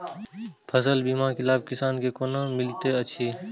फसल बीमा के लाभ किसान के कोना मिलेत अछि?